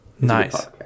nice